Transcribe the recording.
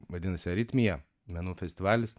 vadinasi aritmija menų festivalis